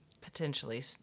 potentially